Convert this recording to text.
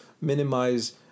minimize